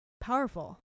powerful